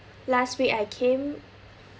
last week I came